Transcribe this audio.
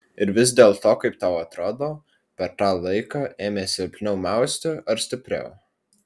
ir vis dėlto kaip tau atrodo per tą laiką ėmė silpniau mausti ar stipriau